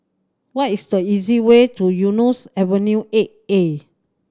what is the easiest way to Eunos Avenue Eight A